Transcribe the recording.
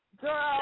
Girl